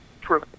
True